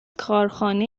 کارخانه